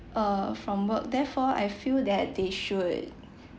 err from work therefore I feel that they should